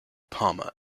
palmer